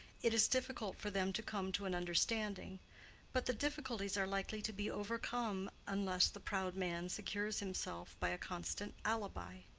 it is difficult for them to come to an understanding but the difficulties are likely to be overcome unless the proud man secures himself by a constant alibi.